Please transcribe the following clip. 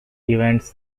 events